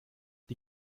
die